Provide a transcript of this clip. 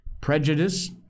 Prejudice